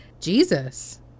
Jesus